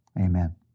amen